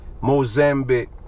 Mozambique